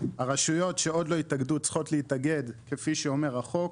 הרשויות שעוד לא התאגדו צריכות להתאגד כפי שאומר החוק,